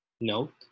Note